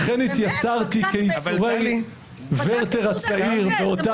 אכן התייסרתי כייסורי ורתר הצעיר באותה דילמה.